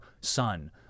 son